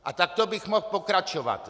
A takto bych mohl pokračovat.